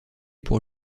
pour